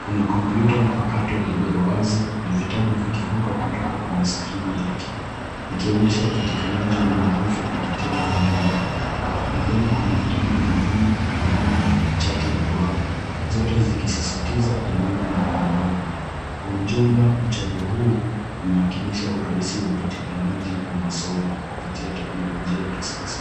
Kuna kompyuta mpakato iliyo wazi na vikitabu vikiruka kwenye skrini yake ikionyesha upatikanaji wa maarifa kupitia mtandaoni. Pembeni kuna kitabu kingine, kalamu na chati ya duara zote zikisisitiza elimu na maendeleo. Kwa ujumla mchoro huu unawakilisha urahisi wa upatikanaji wa masomo kupitia teknolojia ya kisasa.